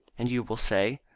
and you will say?